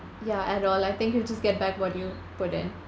ya at all I think you just get back what you put in